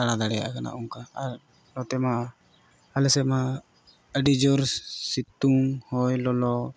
ᱫᱟᱬᱟ ᱫᱟᱲᱮᱭᱟᱜ ᱠᱟᱱᱟ ᱚᱱᱠᱟ ᱟᱨ ᱱᱚᱛᱮ ᱢᱟ ᱟᱞᱮ ᱥᱮᱫ ᱢᱟ ᱟᱹᱰᱤ ᱡᱳᱨ ᱥᱤᱛᱩᱝ ᱦᱚᱭ ᱞᱚᱞᱚ